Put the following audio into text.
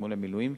תגמולי מילואים,